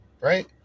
Right